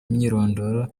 imyirondoro